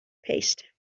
paste